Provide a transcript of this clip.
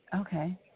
Okay